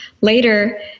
later